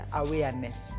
awareness